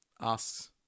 asks